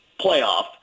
playoff